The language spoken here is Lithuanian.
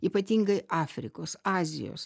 ypatingai afrikos azijos